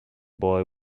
boy